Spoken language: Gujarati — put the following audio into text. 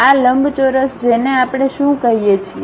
આ લંબચોરસ જેને આપણે શું કહીએ છીએ